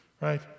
Right